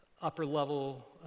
upper-level